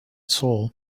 soul